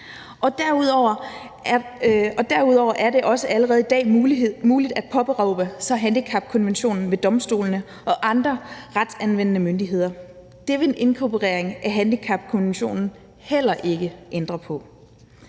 Derudover er det også allerede i dag muligt at påberåbe sig handicapkonventionen ved domstolene og andre retsanvendende myndigheder, og det vil en inkorporering af handicapkonventionen heller ikke ændre på.